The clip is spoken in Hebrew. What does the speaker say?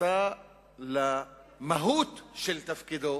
חטא למהות של תפקידו,